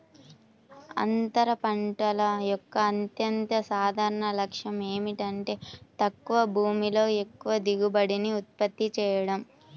అంతర పంటల యొక్క అత్యంత సాధారణ లక్ష్యం ఏమిటంటే తక్కువ భూమిలో ఎక్కువ దిగుబడిని ఉత్పత్తి చేయడం